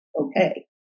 okay